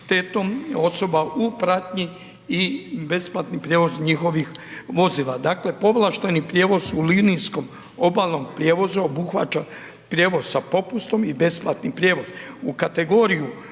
osoba u pratnji i besplatni prijevoz njihovih vozila, dakle povlašteni prijevoz u linijskom obalnom prijevozu obuhvaća prijevoz sa popustom i besplatni prijevoz. U kategoriju